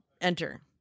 enter